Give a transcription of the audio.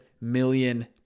million